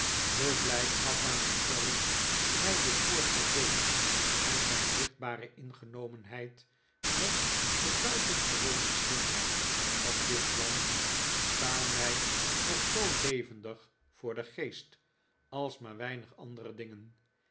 de blijdschap waarmee traddles mij dit voorstel deed en zijn zichtbare ingenomenheid met de buitengewone slimheid van dit plan staan mij nog zoo levendig voor den geest als maar weinig andere dingen